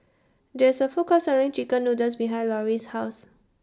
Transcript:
There IS A Food Court Selling Chicken Noodles behind Lauri's House